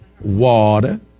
Water